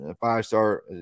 five-star